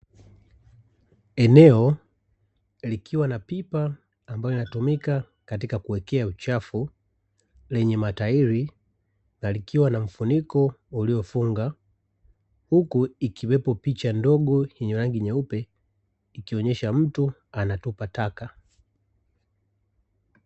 Eneo likiwa na pipa ambalo linatumika katika kuwekea uchafu lenye, matairi na likiwa na mfuniko uliofunga. Huku ikiwepo picha ndogo yenye rangi nyeupe ikionyesha mtu anatupa taka.